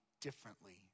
differently